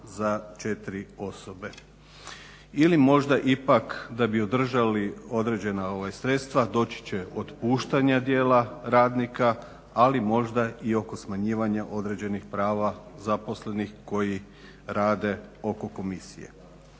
za četiri osobe. Ili možda ipak da bi održali određena sredstva doći će do otpuštanja dijela radnika ali možda i oko smanjivanja određenih prava zaposlenih koji rade oko komisije.